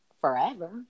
forever